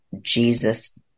Jesus